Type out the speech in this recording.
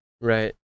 Right